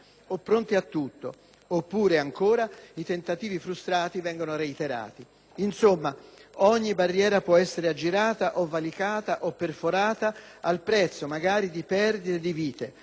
o pronti a tutto; oppure, ancora, i tentativi frustrati vengono reiterati. Insomma, ogni barriera può essere aggirata, o valicata, o perforata, al prezzo, magari, di perdite di vite: